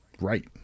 Right